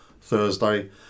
Thursday